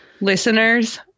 Listeners